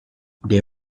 they